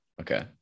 Okay